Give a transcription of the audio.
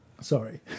Sorry